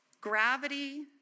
gravity